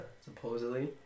supposedly